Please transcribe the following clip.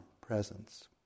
presence